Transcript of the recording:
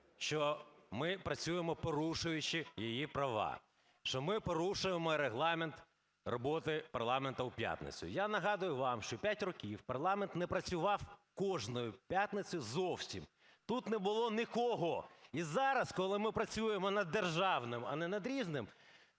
що ми працюємо, порушуючи її права, що ми порушуємо Регламент роботи парламенту в п'ятницю. Я нагадаю вам, що 5 років парламент не працював кожної п'ятниці зовсім, тут не було нікого. І зараз, коли ми працюємо над державним, а не над "Різним",